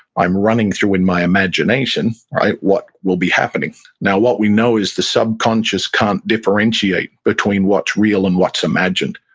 i'm running through in my imagination what will be happening now, what we know is the subconscious can't differentiate between what's real and what's imagined,